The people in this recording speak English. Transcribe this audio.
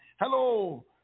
hello